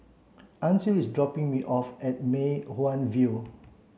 Ancil is dropping me off at Mei Hwan View